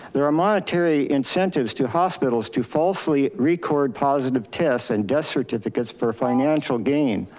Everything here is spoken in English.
there are monetary incentives to hospitals to falsely record positive tests and death certificates for financial gain,